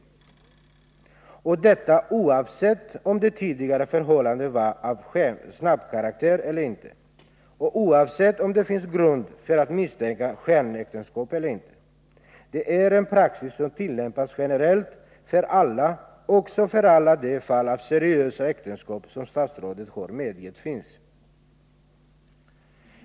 Detta gäller oavsett om det tidigare förhållandet var av snabbkaraktär eller inte och oavsett om det finns grund för att misstänka skenäktenskap eller inte. Det är en praxis som tillämpas generellt för alla, också för alla de fall av seriösa äktenskap som statsrådet har medgett finns.